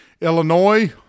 Illinois